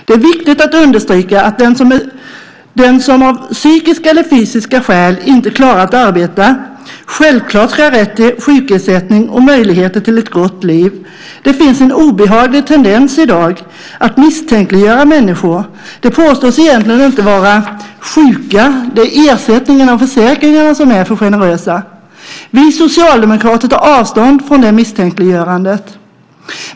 Det är viktigt att understryka att den som av psykiska eller fysiska skäl inte klarar att arbeta självklart ska ha rätt till sjukersättning och möjligheter till ett gott liv. Det finns en obehaglig tendens i dag att misstänkliggöra människor. De påstås egentligen inte vara sjuka. Det är ersättningarna och försäkringarna som är för generösa. Vi socialdemokrater tar avstånd från det misstänkliggörandet.